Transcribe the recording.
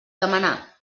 demanar